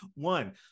One